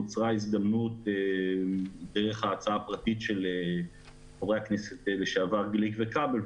נוצרה הזדמנות דרך ההצעה הפרטית של חברי הכנסת לשעבר גליק וכבל.